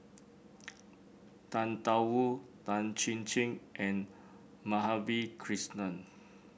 Tang Da Wu Tan Chin Chin and Madhavi Krishnan